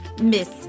Miss